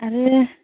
आरो